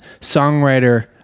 songwriter